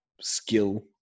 skill